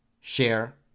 share